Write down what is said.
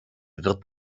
wird